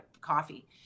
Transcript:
coffee